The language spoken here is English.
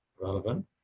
relevant